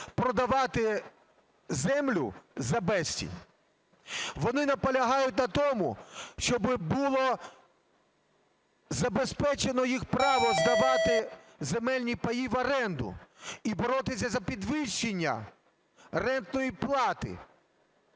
продавати землю за безцінь. Вони наполягають на тому, щоб було забезпечено їх право здавати земельні паї в оренду і боротися за підвищення рентної плати.